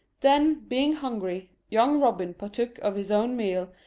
then, being hungry, young robin partook of his own meal,